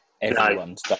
everyone's